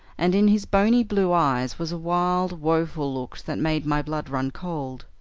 and in his bonny blue eyes was a wild, woeful look that made my blood run cold.